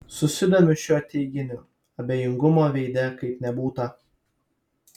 susidomiu šiuo teiginiu abejingumo veide kaip nebūta